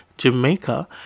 Jamaica